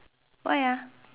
why ah